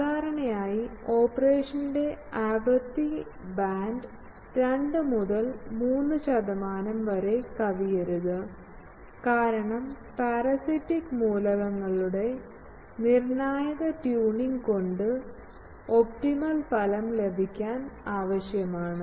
സാധാരണയായി ഓപ്പറേഷന്റെ ആവൃത്തി ബാൻഡ് 2 മുതൽ 3 ശതമാനം വരെ കവിയരുത് കാരണം പരാസിറ്റിക് മൂലകങ്ങളുടെ നിർണ്ണായക ട്യൂണിംഗ് കൊണ്ട് ഒപ്റ്റിമൽ ഫലം ലഭിക്കാൻ ആവശ്യമാണ്